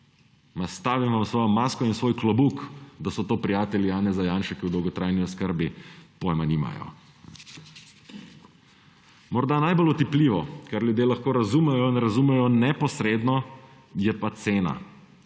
vam svojo masko in svoj klobuk, da so to prijatelji Janeza Janše, ki o dolgotrajni oskrbi pojma nimajo. Morda najbolj otipljivo, kar ljudje lahko razumejo in razumejo neposredno, je cena